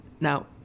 Now